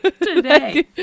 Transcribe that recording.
Today